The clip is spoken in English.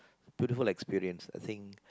through the whole experience I think